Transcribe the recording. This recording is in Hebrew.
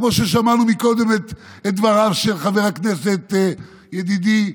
כמו ששמענו קודם את דבריו של חבר הכנסת, ידידי,